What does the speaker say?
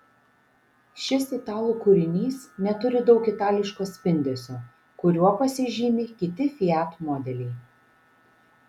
šis italų kūrinys neturi daug itališko spindesio kuriuo pasižymi kiti fiat modeliai